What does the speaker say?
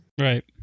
Right